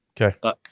Okay